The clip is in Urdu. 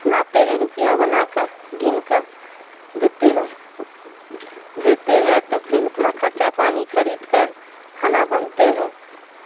لاتے ہیں روپیہ بنا کر گن کر دیتے ہیں دیتے ہے تب پھر اپنا خرچہ پانی خرید کر کھانا بنتے ہیں